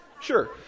Sure